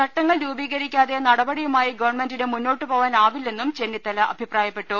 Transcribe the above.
ചട്ടങ്ങൾ രൂപീകരിക്കാതെ നടപടിയുമായി ഗവൺമെന്റിന് മുന്നോട്ടുപോകാൻ ആവില്ലെന്നും ചെന്നിത്തല അഭിപ്രായപ്പെട്ടു